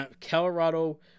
Colorado